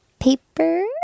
Paper